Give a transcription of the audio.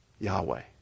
Yahweh